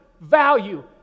value